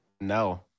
No